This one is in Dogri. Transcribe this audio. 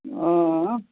हां